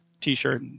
t-shirt